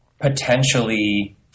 potentially –